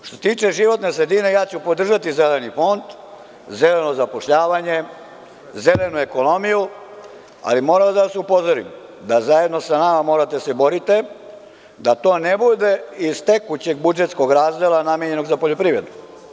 Što se tiče životne sredine, ja ću podržati Zeleni fond, Zeleno zapošljavanje, Zelenu ekonomiju, ali moram da vas upozorim da zajedno sa nama morate da se borite, da to ne bude iz tekućeg budžetskog razdela namenjenog za poljoprivedu.